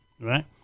Right